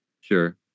Sure